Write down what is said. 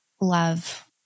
love